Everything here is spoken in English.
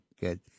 good